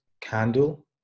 candle